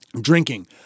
drinking